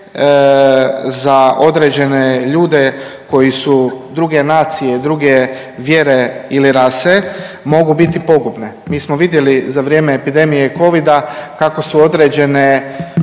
za određene ljude koji su druge nacije, druge vjere ili rase mogu biti pogubne. Mi smo vidjeli za vrijeme epidemije covida kako su određene